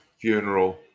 funeral